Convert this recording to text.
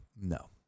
no